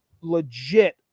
legit